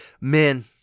men